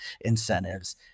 incentives